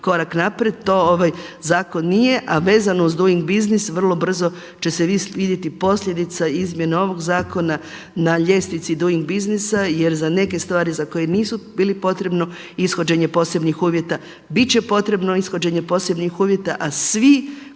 korak naprijed, to ovaj zakon nije a vezano uz Doing Business vrlo brzo će se vidjeti posljedica, izmjene ovog zakona na ljestvici Doing Businessa jer za neke stvari za koje nije bilo potrebno ishođenje posebnih uvjeta, biti će potrebno ishođenje posebnih uvjeta a svi